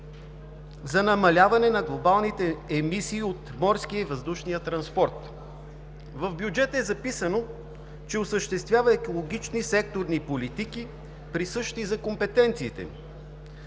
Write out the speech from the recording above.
за намаляване на глобалните емисии от морския и въздушния транспорт. В бюджета е записано, че осъществява екологичните секторни политики, присъщи за компетенциите